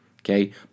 Okay